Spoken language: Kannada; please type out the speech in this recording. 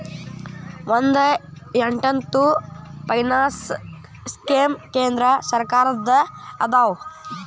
ಒಂದ್ ಎಂಟತ್ತು ಫೈನಾನ್ಸ್ ಸ್ಕೇಮ್ ಕೇಂದ್ರ ಸರ್ಕಾರದ್ದ ಅದಾವ